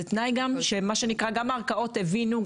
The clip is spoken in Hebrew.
זה תנאי שגם הערכאות הבינו,